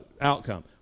outcome